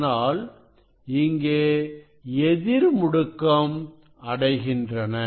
அதனால் இங்கே எதிர் முடுக்கம் அடைகின்றன